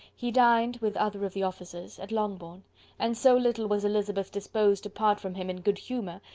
he dined, with other of the officers, at longbourn and so little was elizabeth disposed to part from him in good humour,